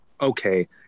Okay